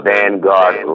Vanguard